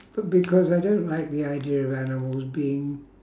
but because I don't like the idea of animals being